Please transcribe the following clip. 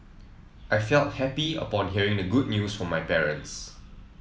I felt happy upon hearing the good news from my parents